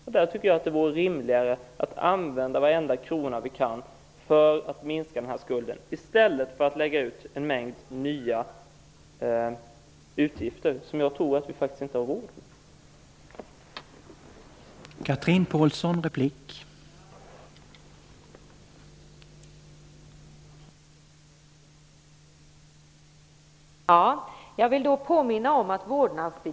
Därför tycker jag att det vore rimligare att så långt som möjligt använda varenda krona till att minska skulden, i stället för att lägga på en mängd nya uppgifter som jag faktiskt inte tror att vi har råd med.